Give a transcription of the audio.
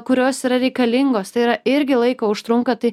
kurios yra reikalingos tai yra irgi laiko užtrunka tai